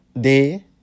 day